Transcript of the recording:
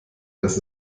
das